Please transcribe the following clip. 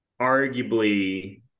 arguably